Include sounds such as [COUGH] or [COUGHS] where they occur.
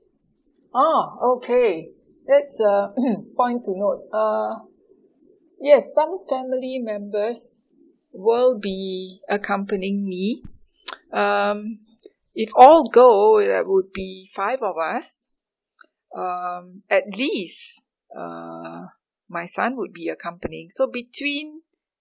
oh okay that's uh [COUGHS] point to note uh yes some family members will be accompanying me [NOISE] um if all go that will be five of us um at least uh my son will be accompanying so between